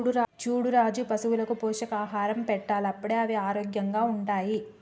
చూడు రాజు పశువులకు పోషకాహారం పెట్టాలి అప్పుడే అవి ఆరోగ్యంగా ఉంటాయి